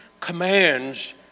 commands